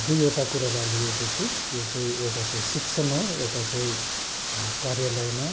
दुईवटा कुरालाई लिएको छु त्यो चाहिँ एउटा चाहिँ शिक्षण हो एउटा चाहिँ कार्यलयमा